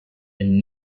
and